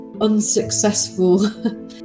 unsuccessful